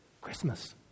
Christmas